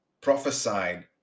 prophesied